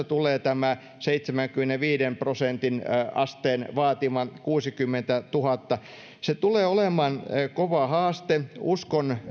tulee tämä seitsemänkymmenenviiden prosentin asteen vaatima kuusikymmentätuhatta se tulee olemaan kova haaste uskon